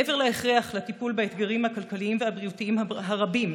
מעבר להכרח לטפל באתגרים הכלכליים והבריאותיים הרבים,